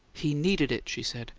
he needed it, she said.